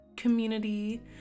community